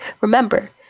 remember